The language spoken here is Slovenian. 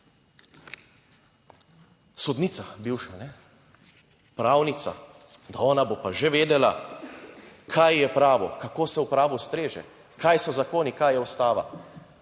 Sodnica, bivša, pravnica, da ona bo pa že vedela, kaj je pravo, kako se v pravu streže, kaj so zakoni, kaj je ustava.